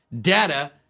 data